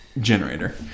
generator